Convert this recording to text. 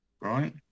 right